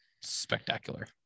spectacular